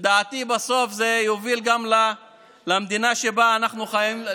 לדעתי בסוף זה יוביל גם למדינה שבה אנחנו חיים,